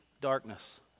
darkness